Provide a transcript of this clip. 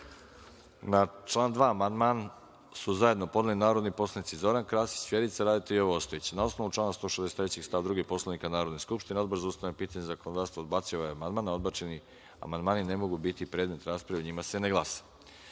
član 2. amandman su zajedno podneli narodni poslanici Zoran Krasić, Vjerica Radeta i Jovo Ostojić. Na osnovu člana 163. stav 2. Poslovnika Narodne skupštine, Odbor za ustavna pitanja i zakonodavstvo odbacio je ovaj amandman, a odbačeni amandmani ne mogu biti predmet rasprave i o njima se ne glasa. Na